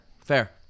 Fair